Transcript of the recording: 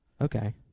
Okay